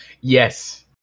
Yes